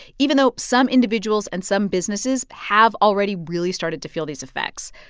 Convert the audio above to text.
even though some individuals and some businesses have already really started to feel these effects.